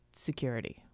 security